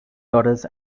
daughters